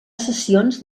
sessions